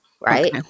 right